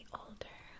older